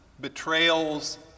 betrayals